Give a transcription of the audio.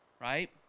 right